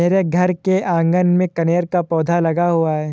मेरे घर के आँगन में कनेर का पौधा लगा हुआ है